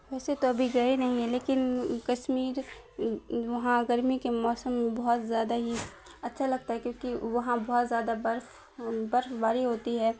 ویسے تو ابھی گئے نہیں ہیں لیکن کشمیر وہاں گرمی کے موسم بہت زیادہ ہی اچھا لگتا ہے کیونکہ وہاں بہت زیادہ برف برف باری ہوتی ہے